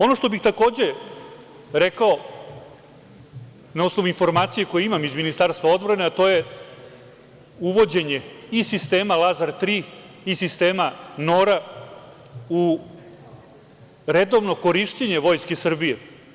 Ono što bih takođe rekao na osnovu informacija koje imam iz Ministarstva odbrane je uvođenje i sistema „Lazar 3“ i sistema NORA u redovno korišćenje Vojske Srbije.